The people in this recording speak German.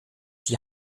die